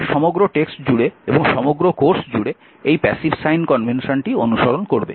আমার সমগ্র টেক্সট জুড়ে এবং সমগ্র কোর্স জুড়ে এই প্যাসিভ সাইন কনভেনশনটি অনুসরণ করবে